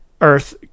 earth